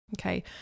Okay